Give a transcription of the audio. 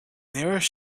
nearest